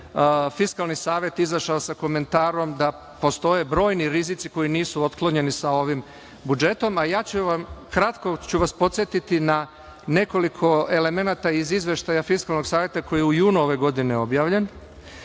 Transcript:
Fiskalni savet izašao sa komentarom da postoje brojni rizici koji nisu otklonjeni sa ovim budžetom, a ja ću vas kratko podsetiti na nekoliko elemenata iz izveštaja Fiskalnog saveta koji u junu ove godine objavljen